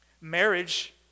Marriage